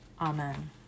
Amen